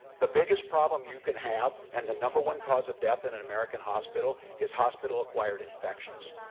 the biggest problem you can have, and the number one cause of death in an american hospital, is hospital-acquired infections.